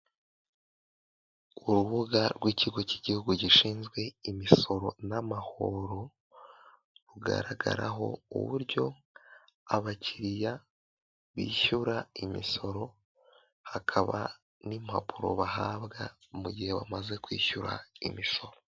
Urubuga rw'ikigo cy'igihugu gishinzwe imisoro n' amahoro rugaragaraho uburyo abakiriya bishyura imisoro, hakaba n' impapuro bahabwa mu gihe bamaze kwishyura imisoro.